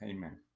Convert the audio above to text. Amen